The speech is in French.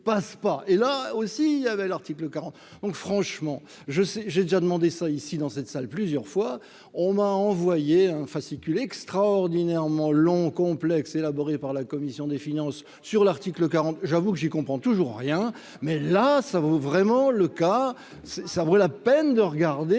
et là aussi il y avait l'article 40 donc, franchement je sais j'ai déjà demandé ça ici dans cette salle, plusieurs fois on m'a envoyé un fascicule extraordinairement long, complexe élaboré par la commission des finances sur l'article 40, j'avoue que j'y comprends toujours rien, mais là, ça vaut vraiment le cas, ça vaut la peine de regarder